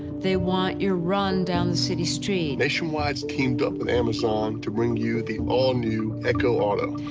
they want your run down the city street. nationwide's teamed up with amazon to bring you the all-new echo auto.